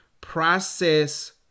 process